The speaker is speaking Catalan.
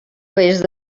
oest